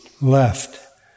left